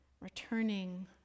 returning